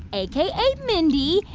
aka mindy,